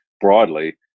broadly